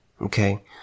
okay